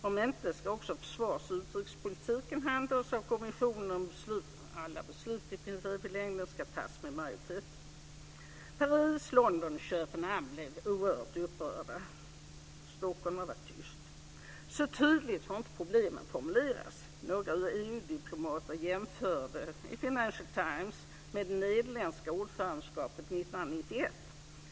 Om inte ska också försvars och utrikespolitiken handhas av kommissionen och i princip alla beslut framöver fattas med majoritet. Paris, London och Köpenhamn blev oerhört upprörda. Stockholm har varit tyst. Så tydligt får inte problemen formuleras. Några EU-diplomater jämförde i Financial Times med det nederländska ordförandeskapet 1991.